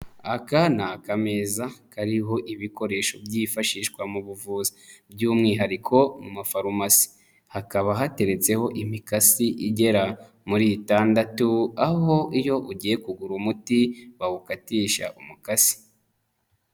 Aka ni akameza kariho ibikoresho byifashishwa mu buvuzi. By'umwihariko mu mafarumasi. Hakaba hateretseho imikasi igera muri itandatu, aho iyo ugiye kugura umuti, bawukatisha umukasi.